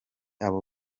aba